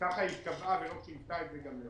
ככה היא קבעה, וגם לא שינתה את זה ---.